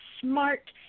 smart